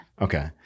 Okay